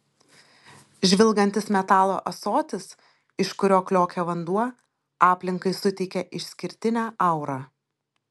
žvilgantis metalo ąsotis iš kurio kliokia vanduo aplinkai suteikia išskirtinę aurą